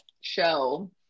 show